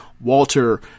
walter